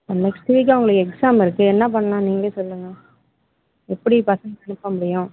next week அவங்களுக்கு exam இருக்குது என்ன பண்ணலானு நீங்களே சொல்லுங்க எப்படி பசங்கள் படிக்க முடியும்